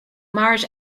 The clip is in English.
marriage